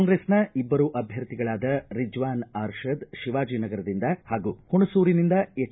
ಕಾಂಗ್ರೆಸ್ನ ಅಭ್ವರು ಅಭ್ವರ್ಥಿಗಳಾದ ರಿಜ್ವಾನ್ ಆರ್ಷದ್ ಶಿವಾಜಿನಗರದಿಂದ ಹಾಗೂ ಹುಣಸೂರಿನಿಂದ ಎಚ್